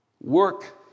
Work